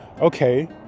Okay